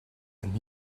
and